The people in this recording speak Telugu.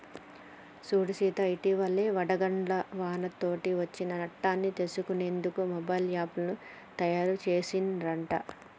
సూడు సీత ఇటివలే వడగళ్ల వానతోటి అచ్చిన నట్టన్ని తెలుసుకునేందుకు మొబైల్ యాప్ను తాయారు సెసిన్ రట